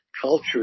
culture